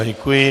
Děkuji.